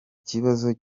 kibazo